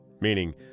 meaning